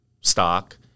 stock